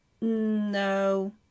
no